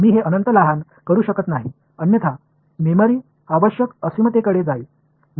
मी हे अनंत लहान करू शकत नाही अन्यथा मेमरी आवश्यक असीमतेकडे जाईल